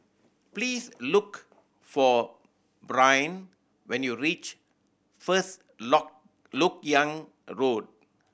please look for Brynn when you reach First Lok Lok Yang Road